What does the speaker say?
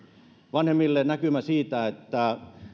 vanhemmille näkymä siitä että